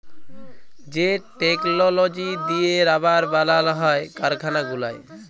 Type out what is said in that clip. যে টেকললজি দিঁয়ে রাবার বালাল হ্যয় কারখালা গুলায়